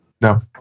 no